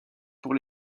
pour